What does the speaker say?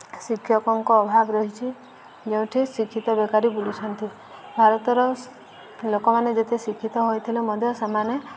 ଶିକ୍ଷକଙ୍କ ଅଭାବ ରହିଛି ଯେଉଁଠି ଶିକ୍ଷିତ ବେକାରୀ ବୁଲୁଛନ୍ତି ଭାରତର ଲୋକମାନେ ଯେତେ ଶିକ୍ଷିତ ହୋଇଥିଲେ ମଧ୍ୟ ସେମାନେ